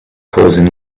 causing